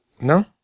No